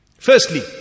Firstly